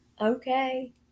Okay